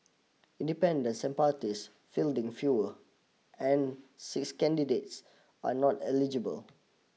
independents and parties fielding fewer and six candidates are not eligible